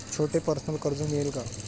छोटे पर्सनल कर्ज मिळेल का?